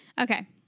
Okay